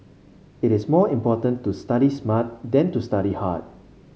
it is more important to study smart than to study hard